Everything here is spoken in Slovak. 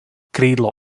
krídlo